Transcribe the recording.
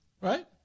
right